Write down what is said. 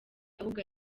ahubwo